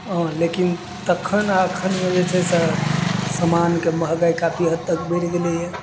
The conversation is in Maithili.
हँ लेकिन तखन अखनमे जे छै से समानके महगाइ काफी हद तक बढ़ि गेलैया